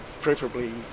preferably